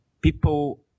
people